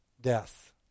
death